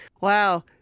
wow